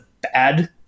bad